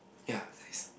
ya nice